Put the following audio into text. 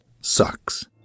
sucks